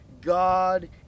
God